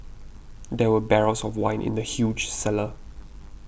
there were barrels of wine in the huge cellar